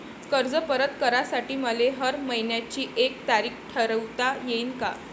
कर्ज परत करासाठी मले हर मइन्याची एक तारीख ठरुता येईन का?